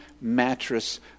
mattress